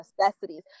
necessities